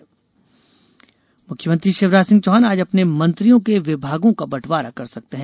मंत्री विभाग मुख्यमंत्री शिवराज सिंह चौहान आज अपने मंत्रियों के विभागों का बंटवारा कर सकते हैं